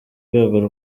rwego